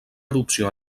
erupció